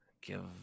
Give